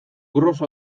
gros